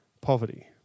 poverty